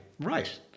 right